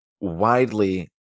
widely